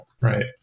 right